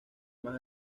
más